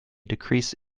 decrease